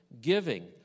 giving